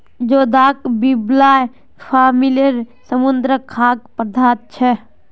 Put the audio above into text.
जोदाक बिब्लिया फॅमिलीर समुद्री खाद्य पदार्थ छे